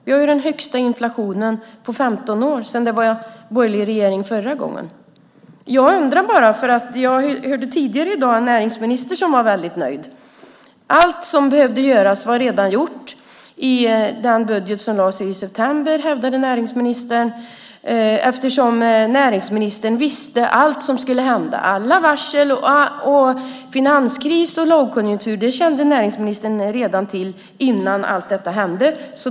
Vi har den högsta inflationen på 15 år, sedan det var borgerlig regering förra gången. Jag undrar bara, för jag hörde tidigare i dag en näringsminister som var väldigt nöjd. Allt som behövde göras var redan gjort i den budget som lades fram i september, hävdade näringsministern. Näringsministern visste allt som skulle hända, alla varsel och finanskrisen och lågkonjunkturen. Allt detta kände näringsministern till redan innan det hände.